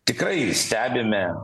tikrai stebime